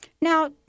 Now